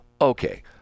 okay